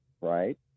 right